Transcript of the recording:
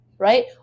Right